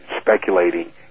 speculating